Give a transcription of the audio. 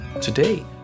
today